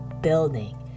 building